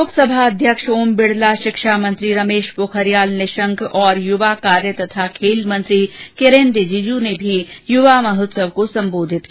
लोकसभा अध्यक्ष ओम बिडला शिक्षा मंत्री रेमश पोखरियाल निंशक तथा युवा कार्य और खेल मंत्री किरेन रिजिजू ने भी युवा महोत्सव को संबोधित किया